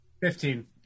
Fifteen